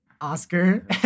Oscar